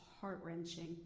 heart-wrenching